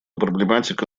проблематика